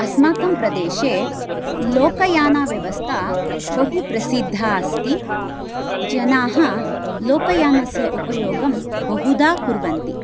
अस्माकं प्रदेशे लोकयानव्यवस्था बहुप्रसिद्धा अस्ति जनाः लोकयानस्य उपयोगं बहुधा कुर्वन्ति